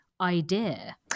idea